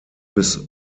bis